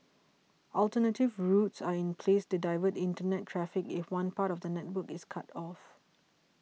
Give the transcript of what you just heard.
alternative routes are in place to divert internet traffic if one part of the network is cut off